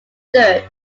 third